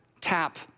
tap